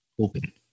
open